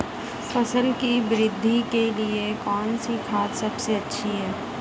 फसल की वृद्धि के लिए कौनसी खाद सबसे अच्छी है?